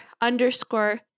underscore